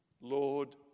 Lord